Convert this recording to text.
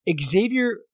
Xavier